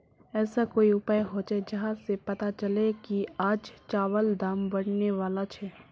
ऐसा कोई उपाय होचे जहा से पता चले की आज चावल दाम बढ़ने बला छे?